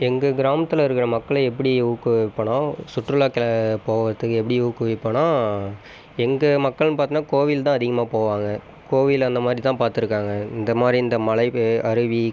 எங்கள் கிராமத்தில் இருக்கிற மக்களை எப்படி ஊக்குவிப்பேனா சுற்றுலா போகிறதுக்கு எப்படி ஊக்குவிப்பேனா எங்கள் மக்கள் பார்த்தீங்கனா கோயில் தான் அதிகமாக போவாங்க கோயில் அந்தமாதிரி தான் பார்த்துருக்காங்க இந்தமாதிரி இந்த மலை அருவி